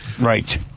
Right